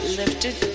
lifted